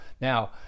Now